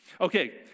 Okay